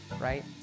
right